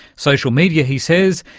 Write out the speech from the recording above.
social media, he says,